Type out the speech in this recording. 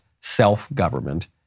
self-government